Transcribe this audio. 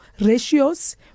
ratios